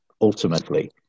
ultimately